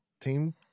Team